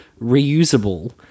reusable